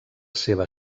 seva